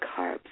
carbs